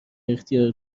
اختیار